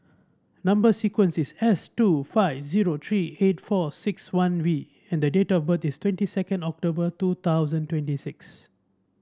number sequence is S two five zero three eight four six one V and date of birth is twenty second October two thousand twenty six